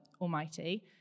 almighty